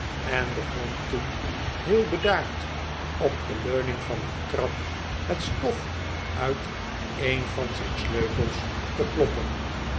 en begon toen heel bedaard op de leuning van de trap het stof uit een van zijn sleutels te kloppen